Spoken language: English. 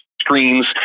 screens